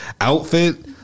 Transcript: outfit